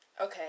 Okay